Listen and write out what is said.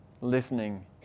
listening